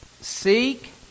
Seek